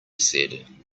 said